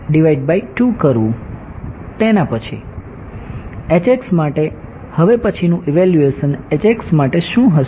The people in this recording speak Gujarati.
માટે હવે પછીનું ઇવેલ્યુએશન માટે શું હશે